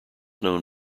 known